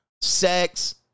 Sex